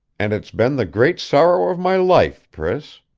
and it's been the great sorrow of my life, priss.